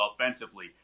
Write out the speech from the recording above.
offensively